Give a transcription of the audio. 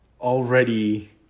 already